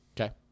Okay